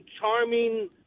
charming